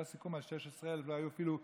היה סיכום על 16,000, ולא היו אפילו 8,000,